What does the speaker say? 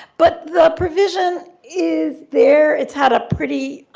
but the provision is there. it's had a pretty